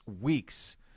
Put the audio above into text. weeks